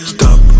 Stop